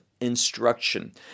instruction